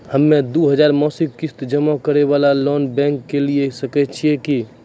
हम्मय दो हजार मासिक किस्त जमा करे वाला लोन बैंक से लिये सकय छियै की?